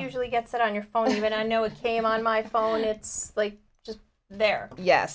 usually gets it on your phone but i know it came on my phone it's just there yes